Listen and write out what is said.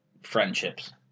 friendships